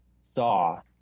saw